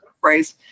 phrase